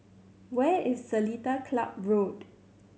where is Seletar Club Road